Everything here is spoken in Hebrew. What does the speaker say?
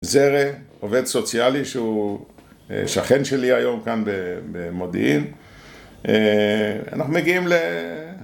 זרא, עובד סוציאלי, שהוא שכן שלי היום כאן במודיעין